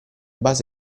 base